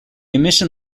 emission